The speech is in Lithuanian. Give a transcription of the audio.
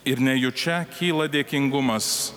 ir nejučia kyla dėkingumas